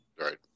Right